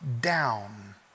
down